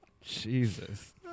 Jesus